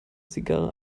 zigarre